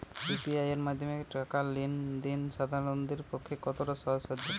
UPI এর মাধ্যমে টাকা লেন দেন সাধারনদের পক্ষে কতটা সহজসাধ্য?